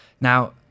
now